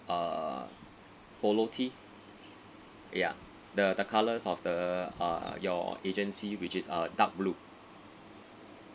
uh polo tee ya the the colours of the uh your agency which is uh dark blue